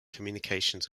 communications